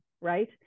right